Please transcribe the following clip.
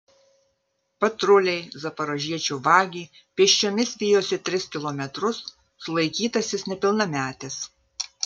patruliai zaporožiečio vagį pėsčiomis vijosi tris kilometrus sulaikytasis nepilnametis